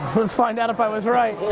let's find out if i was right.